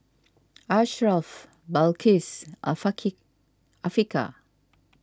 Asharaff Balqis and Afiqah